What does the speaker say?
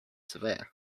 surveyor